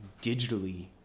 digitally